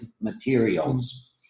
materials